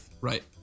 Right